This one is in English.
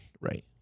right